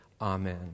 Amen